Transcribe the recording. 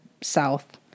south